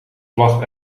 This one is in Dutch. vlag